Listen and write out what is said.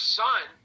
son